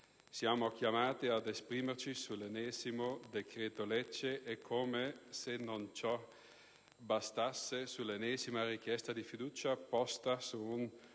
Siamo chiamati ad esprimerci sull'ennesimo decreto-legge e, come se ciò non bastasse, sull'ennesima richiesta di fiducia posta su un